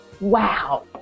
wow